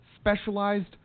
specialized